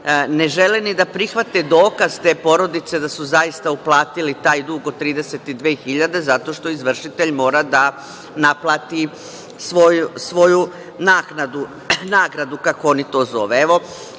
ne žele ni da prihvate dokaz te porodice da su zaista uplatili taj dug od 32.000 zato što izvršitelj mora da naplati svoju naknadu, nagradu kako oni to zovu. Evo,